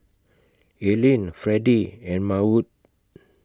Aylin Fredy and Maud